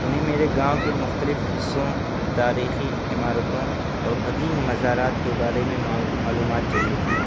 انہیں میرے گاؤں کے مختلف حِصّوں تاریخی عمارتوں اور قدیم مزارات کے بارے میں معلومات چاہیے تھی